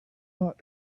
not